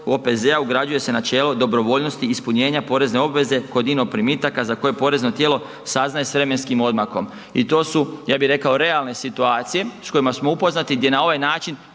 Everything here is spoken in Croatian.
OPZ-a ugrađuje se načelo dobrovoljnosti ispunjenja porezne obveze kod INO primitaka za koje porezno tijelo saznaje s vremenskim odmakom i to su, ja bi rekao, realne situacije s kojima smo upoznati gdje na ovaj način